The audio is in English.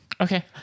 Okay